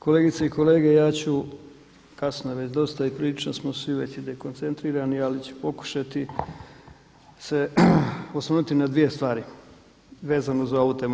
Kolegice i kolege ja ću, kasno je već dosta i prilično smo svi već i dekoncentrirani ali ću pokušati se osvrnuti na dvije stvari, vezano za ovu temu.